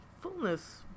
Fullness